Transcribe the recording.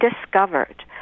discovered